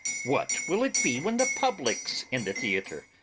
what will it be when the public's in the theatre?